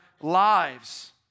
lives